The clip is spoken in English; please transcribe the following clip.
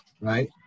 right